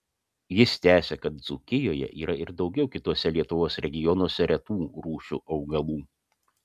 jis tęsia kad dzūkijoje yra ir daugiau kituose lietuvos regionuose retų rūšių augalų